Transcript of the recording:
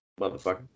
motherfucker